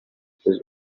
his